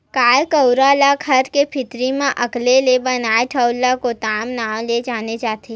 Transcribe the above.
गाय गरुवा ला घर के भीतरी म अलगे ले बनाए ठउर ला कोठा नांव ले जाने जाथे